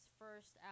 first